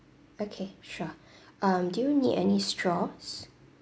okay sure um do you need any straws